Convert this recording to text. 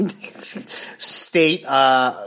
state